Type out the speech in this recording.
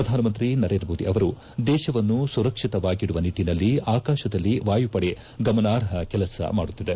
ಶ್ರಧಾನಮಂತ್ರಿ ನರೇಂದ್ರಮೋದಿ ಅವರು ದೇಶವನ್ನು ಸುರಕ್ಷಿತವಾಗಿಡುವ ನಿಟ್ಲಿನಲ್ಲಿ ಆಕಾಶದಲ್ಲಿ ವಾಯುಪಡೆ ಗಮನಾರ್ಹ ಕೆಲಸ ಮಾಡುತ್ತಿದೆ